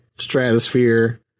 Stratosphere